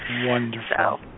Wonderful